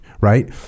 right